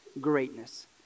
greatness